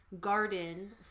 garden